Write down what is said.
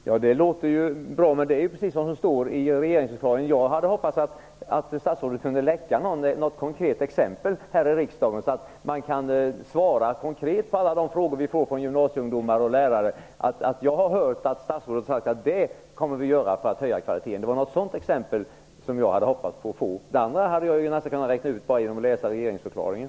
Värderade talman! Det låter ju bra, men det är precis det som står i regeringsförklaringen. Jag hade hoppats att statsrådet kunde läcka något konkret exempel här i riksdagen, så att man kan svara konkret på alla de frågor vi får från gymnasieungdomar och lärare, t.ex.: Jag har hört att statsrådet har sagt att det kommer vi att göra för att höja kvaliteten. Det var ett sådant exempel som jag hade hoppats på att få. Det andra hade jag kunnat räkna ut bara genom att läsa regeringsförklaringen.